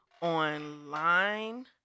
online